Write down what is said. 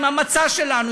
עם המצע שלנו,